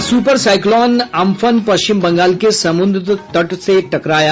और super cyclone Amphan Paschim Bengal के समुद्र तट से टकराया